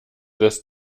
des